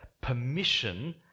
permission